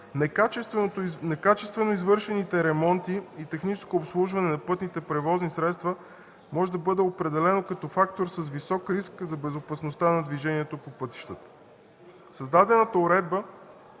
Некачествено извършените ремонти и техническо обслужване на пътните превозни средства може да бъде определено като фактор с висок риск за безопасността на движението по пътищата.